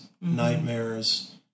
nightmares